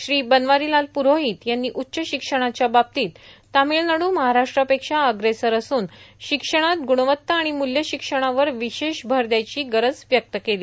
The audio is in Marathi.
श्री बनवारीलाल पुरोहित यांनी उच्च शिक्षणाच्या बाबतीत तमिळनाडू महाराष्ट्रापेक्षा अग्रेसर असून शिक्षणात गुणवत्ता आणि मुल्यशिक्षणावर विशेष भर दद्यायची गरज व्यक्त केली